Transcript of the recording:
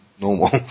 normal